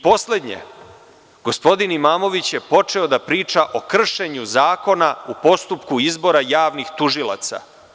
Poslednje, gospodin Imamović je počeo da priča o kršenju Zakona u postupku izbora javnih tužilaca.